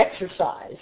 exercise